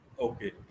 Okay